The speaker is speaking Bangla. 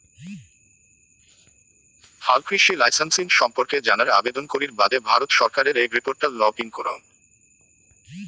হালকৃষি লাইসেমসিং সম্পর্কে জানার আবেদন করির বাদে ভারত সরকারের এগ্রিপোর্টাল লগ ইন করঙ